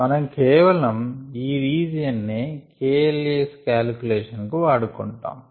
మనం కేవలం ఈ రీజియన్ నే kLa కాలిక్యులేషన్ కు వాడుకుంటాము